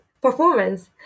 performance